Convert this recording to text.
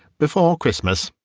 before christmas.